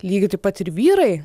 lygiai taip pat ir vyrai